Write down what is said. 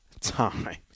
time